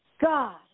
God